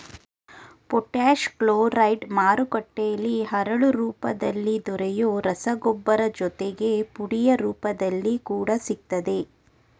potash chloride ಮಾರುಕಟ್ಟೆಲಿ ಹರಳು ರೂಪದಲ್ಲಿ ದೊರೆಯೊ ರಸಗೊಬ್ಬರ ಜೊತೆಗೆ ಪುಡಿಯ ರೂಪದಲ್ಲಿ ಕೂಡ ಸಿಗ್ತದೆ